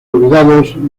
olvidados